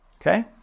Okay